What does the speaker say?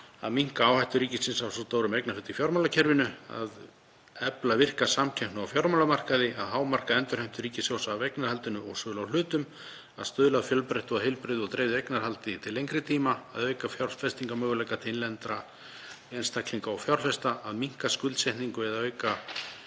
að minnka áhættu ríkisins af svo stórum eignarhlut í fjármálakerfinu, að efla virka samkeppni á fjármálamarkaði, að hámarka endurheimtur ríkissjóðs af eignarhaldinu og sölu á hlutum, að stuðla að fjölbreyttu og heilbrigðu og dreifðu eignarhaldi til lengri tíma, að auka fjárfestingarmöguleika innlendra einstaklinga og fjárfesta, að minnka skuldsetningu eða auka